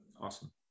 Awesome